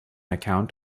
account